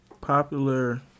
popular